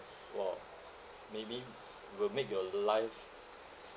!wow! maybe will make your life